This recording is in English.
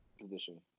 position